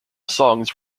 songs